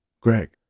Greg